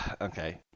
okay